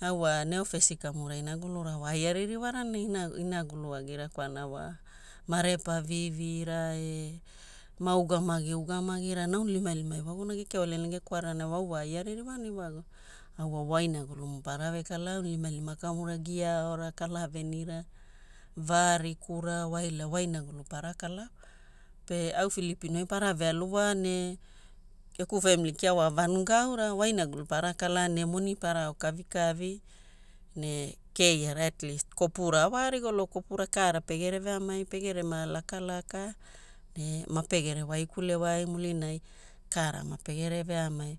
Au wa ne ofesi kamura inagulura wa ai aririwarana inaguluagira kwalana wa marepa vivira e maugamagi ugamagira ne aunilimalima ewaguna gekeoalina gekwareana au wa ai aririwana ewaguna. Au wa wainagulumo para vekalaa aunilimalima kamura giaaora, kalavenira, varikura waila wainagulu para kalaa. Pe au Filipino ai parave alu wa ne geku family kia wa vanuga aura wainagulu para kalaa ne moni para ao kavikavi ne keiara at least kopura wa rigolo kopura kaara pegere veamai pegerema lakalaka ne mapegere waikulewai mulinai kaara mapegere veamai.